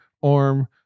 Orm